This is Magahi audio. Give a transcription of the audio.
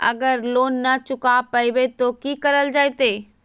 अगर लोन न चुका पैबे तो की करल जयते?